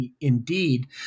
indeed